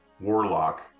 warlock